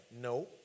No